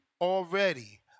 already